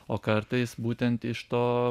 o kartais būtent iš to